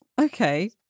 Okay